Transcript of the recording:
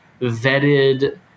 vetted